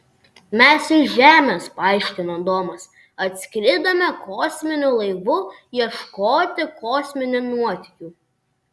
mes iš žemės paaiškino domas atskridome kosminiu laivu ieškoti kosminių nuotykių